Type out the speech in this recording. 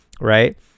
right